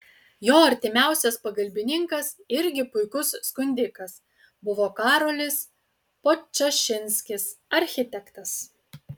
jo artimiausias pagalbininkas irgi puikus skundikas buvo karolis podčašinskis architektas